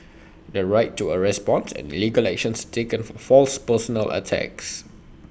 the right to A response and legal actions taken for false personal attacks